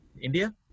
India